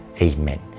Amen